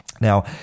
Now